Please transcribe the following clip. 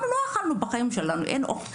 אנחנו בחיים שלנו לא אכלנו אוכל כזה,